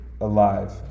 alive